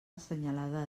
assenyalada